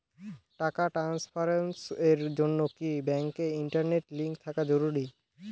টাকা ট্রানস্ফারস এর জন্য কি ব্যাংকে ইন্টারনেট লিংঙ্ক থাকা জরুরি?